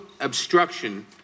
obstruction